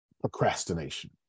procrastination